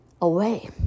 away